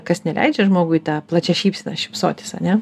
kas neleidžia žmogui ta plačia šypsena šypsotis ar ne